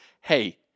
Hey